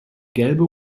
gelbe